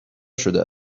شده